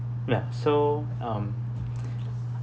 ya so um